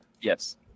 Yes